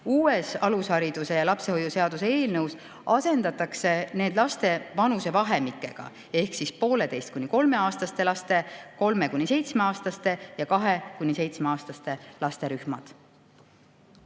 Uues alushariduse ja lapsehoiu seaduse eelnõus asendatakse need [nimetused] laste vanusevahemikega ehk on pooleteise‑ kuni kolmeaastaste laste, kolme‑ kuni seitsmeaastaste laste ja kahe‑ kuni seitsmeaastaste laste rühmad.